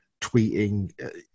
tweeting